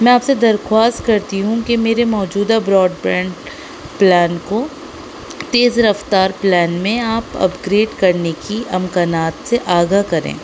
میں آپ سے درخواست کرتی ہوں کہ میرے موجودہ براڈبینڈ پلان کو تیز رفتار پلان میں آپ اپگریڈ کرنے کی امکنات سے آگاہ کریں